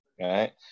Right